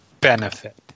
benefit